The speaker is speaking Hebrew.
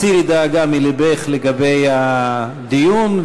הסירי דאגה מלבך לגבי הדיון.